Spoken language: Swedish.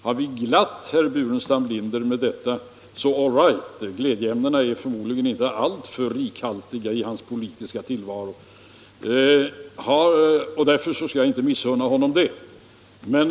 Har vi glatt herr Burenstam Linder med detta — så all right; glädjeämnena är förmodligen inte alltför rikhaltiga i hans politiska tillvaro, och därför skall jag inte missunna honom den glädjen.